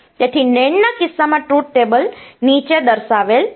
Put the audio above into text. તેથી NAND ના કિસ્સામાં ટ્રુથ ટેબલ નીચે દર્શાવેલ છે